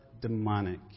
demonic